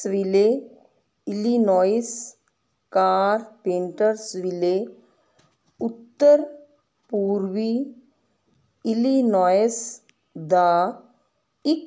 ਸਵਿਲੇ Illinois Carpentersville ਉੱਤਰ ਪੂਰਬੀ Illinois ਦਾ